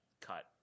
cut